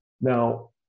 Now